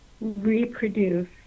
reproduce